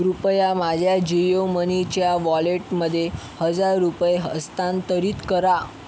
कृपया माझ्या जिओ मनीच्या वॉलेटमध्ये हजार रुपये हस्तांतरित करा